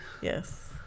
Yes